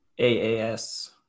AAS